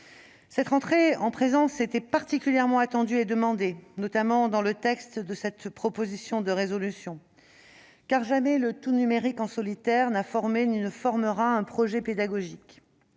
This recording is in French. Cette rentrée en présence était particulièrement attendue et demandée, notamment dans le texte de cette proposition de résolution, car jamais le tout numérique en solitaire n'a formé ni ne formera un projet pédagogique.